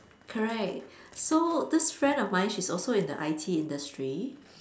correct so this friend of mine she's also in the I_T industry